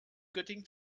göttingen